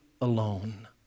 alone